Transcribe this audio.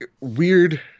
weird